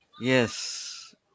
Yes